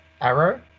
Arrow